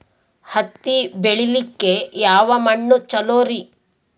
ಹತ್ತಿ ಬೆಳಿಲಿಕ್ಕೆ ಯಾವ ಮಣ್ಣು ಚಲೋರಿ?